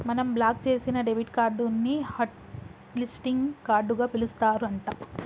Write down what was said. మనం బ్లాక్ చేసిన debit card ని హట్ లిస్టింగ్ కార్డుగా పిలుస్తారు అంట